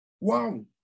Wow